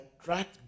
attract